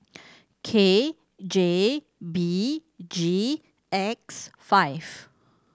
K J B G X five